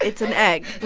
it's an egg.